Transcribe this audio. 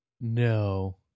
No